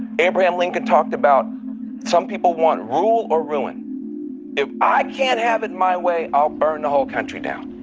but and lincoln talked about some people want rule or ruin. if i can't have it my way, i'll burn the whole country down.